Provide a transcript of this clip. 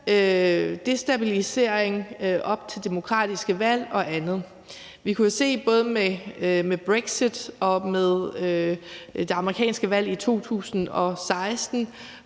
destabilisering op til demokratiske valg og andet. Vi kunne jo se både med brexit og med det amerikanske valg i 2016,